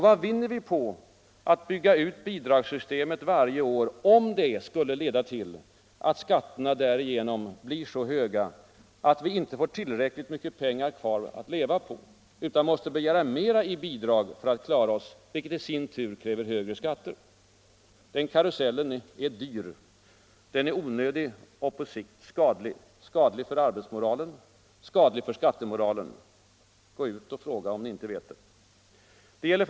Vad vinner vi på att bidragssystemet varje år byggs ut, om detta leder till att skatterna därmed blir så höga, att vi inte får tillräckligt mycket pengar kvar att leva på utan måste begära mera i bidrag för att klara oss, vilket i sin tur kräver högre skatter. Den karusellen är dyr. Den är onödig och på sikt skadlig. Skadlig för arbetsmoralen. Skadlig för skattemoralen. Gå ut och fråga, om ni inte vet det! 2.